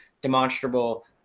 demonstrable